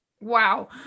Wow